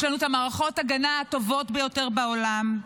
יש לנו את מערכות ההגנה הטובות ביותר בעולם.